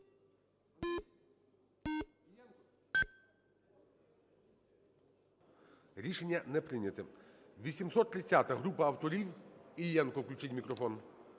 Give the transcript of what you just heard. Рішення не прийнято. 830-а. Група авторів. Іллєнко включіть мікрофон.